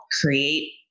create